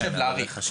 --- להעריך.